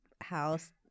house